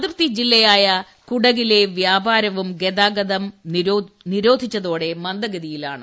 അതിർത്തി ജില്ലയായ കുടഗിലെ വൃാപാരവും ഗതാഗതം നിരോധിച്ചതോടെ മന്ദഗതിയിലാണ്